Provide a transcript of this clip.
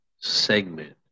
segment